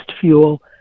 fuel